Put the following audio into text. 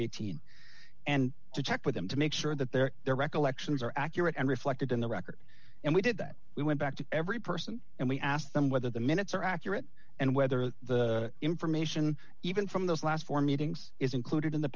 eighteen and to check with them to make sure that their their recollections are accurate and reflected in the record and we did that we went back to every person and we asked them whether the minutes are accurate and whether the information even from those last four meetings is included in the